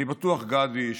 אני בטוח, גדי,